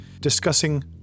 discussing